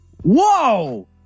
Whoa